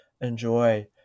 enjoy